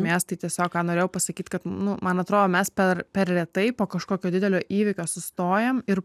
mės tai tiesiog ką norėjau pasakyt kad nu man atrodo mes per per retai po kažkokio didelio įvykio sustojam ir